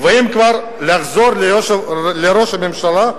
ואם כבר לחזור לראש הממשלה,